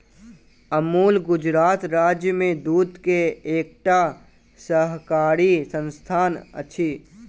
अमूल गुजरात राज्य में दूध के एकटा सहकारी संस्थान अछि